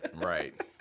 Right